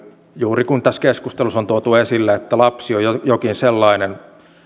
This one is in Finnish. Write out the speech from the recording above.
juuri kuten tässä keskustelussa on tuotu esille lapsi on ikään kuin jokin sellainen